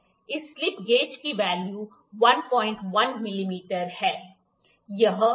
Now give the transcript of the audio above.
इस slip gauge का value 11 मिमी है